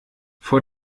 vor